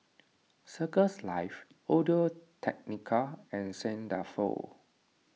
Circles Life Audio Technica and Saint Dalfour